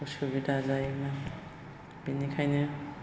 असुबिदा जायोमोन बेनिखायनो